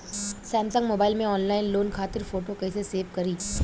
Samsung mobile में online loan खातिर photo कैसे सेभ करीं?